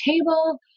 table